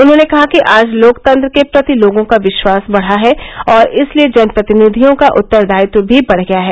उन्होंने कहा कि आज लोकतंत्र के प्रति लोगों का विश्वास बढा है और इसलिए जनप्रतिनिधियों का उत्तदायित्व भी बढ़ गया है